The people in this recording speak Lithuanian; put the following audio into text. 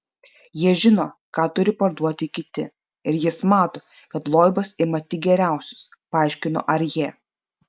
jie žino ką turi parduoti kiti ir jis mato kad loibas ima tik geriausius paaiškino arjė